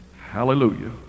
Hallelujah